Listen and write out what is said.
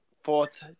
fourth